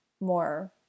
more